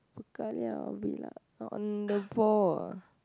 bao ka liao I'll be like oh on the ball ah